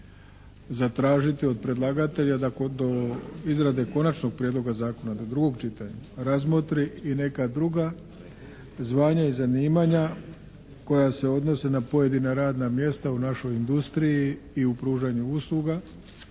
zatražiti od predlagatelja da kod izrade konačnog prijedloga zakona kod drugog čitanja razmotri i neka druga zvanja i zanimanja koja se odnose na pojedina radna mjesta u našoj industriji i u pružanju usluga